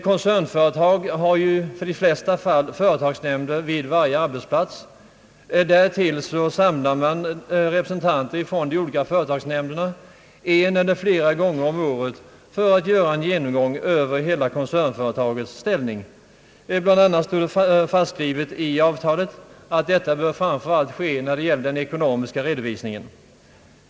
Koncernföretag har ju i de flesta fall företagsnämnder vid varje arbetsplats. Dessutom samlar man representanter för de olika företagsnämnderna en eller flera gånger om året för att göra en genomgång av hela koncernföretagets ställning. I avtalet fastslås bl.a. att detta framför allt bör ske när det gäller den ekonomiska redovisningen.